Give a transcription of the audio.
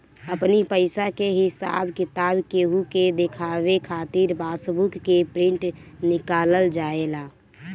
अपनी पईसा के हिसाब किताब केहू के देखावे खातिर पासबुक के प्रिंट निकालल जाएला